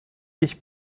ich